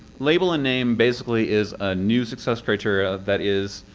label in name basically is a new success criterion that is